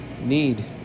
need